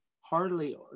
hardly